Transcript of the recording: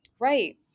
Right